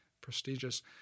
prestigious